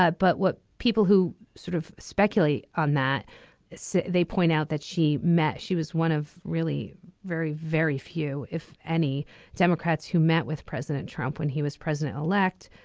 ah but what people who sort of speculate on that so they point out that she met she was one of really very very few if any democrats who met with president trump when he was president elect.